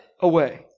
away